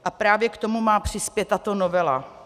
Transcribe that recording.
A právě k tomu má přispět tato novela.